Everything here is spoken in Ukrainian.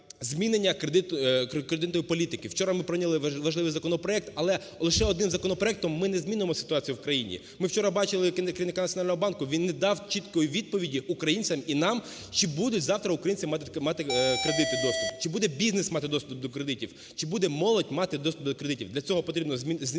змінення кредитної політики. Вчора ми прийняли важливий законопроект. Але лише одним законопроектом ми не змінимо ситуацію в країні. Ми вчора бачили керівника Національного банку, він не дав чіткої відповіді українцям і нам чи будуть завтра українці мати кредитний доступ? Чи буде бізнес мати доступ до кредитів? Чи буде молодь мати доступ до кредитів? Для цього потрібно знизити